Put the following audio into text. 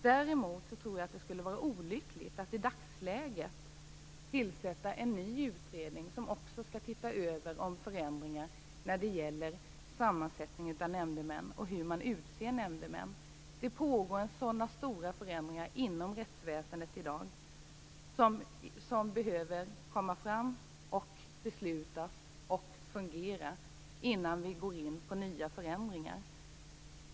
Däremot tror jag att det skulle vara olyckligt att i dagsläget tillsätta en ny utredning som också skall se över förändringar när det gäller sammansättningen av nämndemän och hur de utses. Det pågår sådana stora förändringar inom rättsväsendet i dag som behöver komma fram och beslutas och fungera innan man går in på nya förändringar.